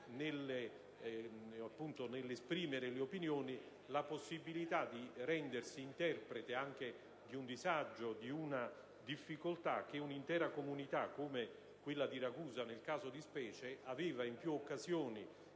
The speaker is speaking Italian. nell'esprimere le proprie opinioni, rendersi interprete anche di un disagio e di una difficoltà che un'intera comunità, come quella di Ragusa nel caso di specie, aveva in più occasioni